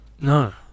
No